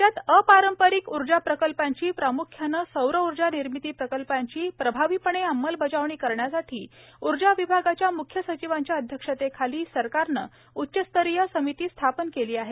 राज्यात अपारंपरिक ऊर्जा प्रकल्पांची प्रामुख्यानं सौरऊर्जा निर्मिती प्रकल्पांची प्रभावीपणे अंमलबजावणी करण्यासाठी ऊर्जा विभागाच्या मुख्यसचिवांच्या अध्यक्षतेखाली सरकारनं उच्चस्तरीय समिती स्थापन केली आहे